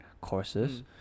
courses